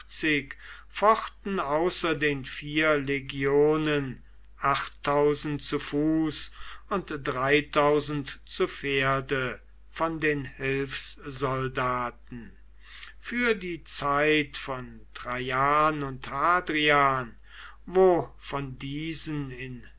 fochten außer den vier legionen zu fuß und zu pferde von den hilfssoldaten für die zeit von traian und hadrian wo von diesen in